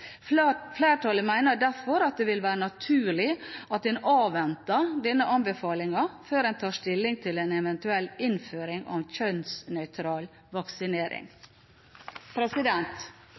Flertallet mener derfor at det vil være naturlig at en avventer denne anbefalingen før en tar stilling til en eventuell innføring av kjønnsnøytral vaksinering.